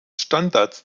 standards